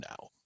now